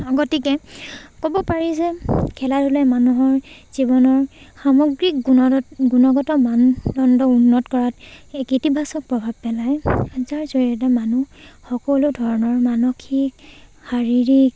গতিকে ক'ব পাৰি যে খেলা ধূলাই মানুহৰ জীৱনৰ সামগ্ৰিক গুণত গুণগত মানদণ্ড উন্নত কৰাত এক ইতিবাচক প্ৰভাৱ পেলায় যাৰ জৰিয়তে মানুহ সকলো ধৰণৰ মানসিক শাৰীৰিক